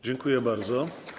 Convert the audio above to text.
Dziękuję bardzo.